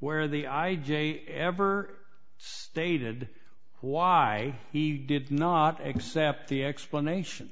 where the i j ever stated why he did not accept the explanation